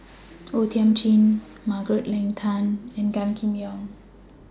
O Thiam Chin Margaret Leng Tan and Gan Kim Yong